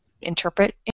interpret